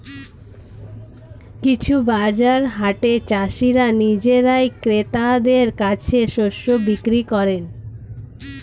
কিছু বাজার হাটে চাষীরা নিজেরাই ক্রেতাদের কাছে শস্য বিক্রি করেন